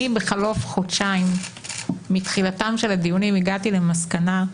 בחלוף חודשיים מתחילת הדיונים אני הגעתי למסקנה,